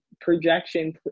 projection